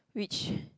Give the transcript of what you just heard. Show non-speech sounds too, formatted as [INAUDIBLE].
which [BREATH]